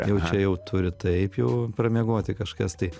jau čia jau turi taip jau pramiegoti kažkas tai